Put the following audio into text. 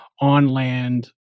on-land